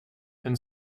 and